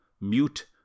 mute